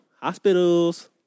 Hospitals